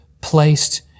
placed